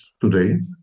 today